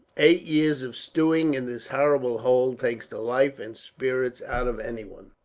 eight years of stewing, in this horrible hole, takes the life and spirits out of anyone.